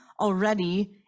already